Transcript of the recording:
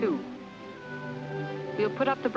to put up the